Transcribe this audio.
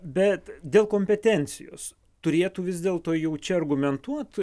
bet dėl kompetencijos turėtų vis dėlto jau čia argumentuot